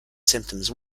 symptoms